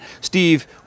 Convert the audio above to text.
Steve